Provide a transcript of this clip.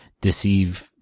deceive